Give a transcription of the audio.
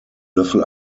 löffel